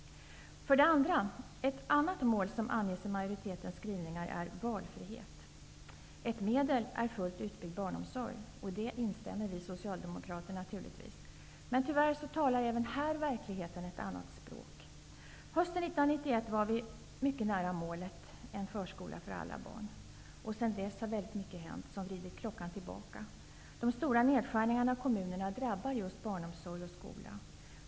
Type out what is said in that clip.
För det andra: Ett annat mål som anges i majoritetens skrivningar är valfrihet. Ett medel är fullt utbyggd barnomsorg. I detta instämmer vi socialdemokrater naturligtvis, men tyvärr talar även här verkligheten ett annat språk. Hösten 1991 var vi mycket nära målet en förskola för alla barn. Sedan dess har mycket hänt som vridit klockan tillbaka. De stora nedskärningarna i kommunerna drabbar just barnomsorg och skola.